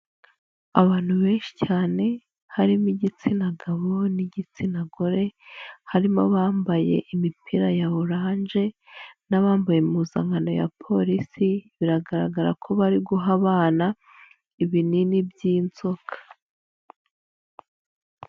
Abantu benshi cyane harimo igitsina gabo n'igitsina gore, harimo abambaye imipira ya oranje n'abambaye impuzankano ya Polisi biragaragara ko bari guha abana ibinini by'inzoka.